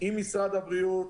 עם משרדי הבריאות,